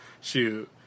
Shoot